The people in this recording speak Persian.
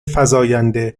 فزاینده